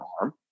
arm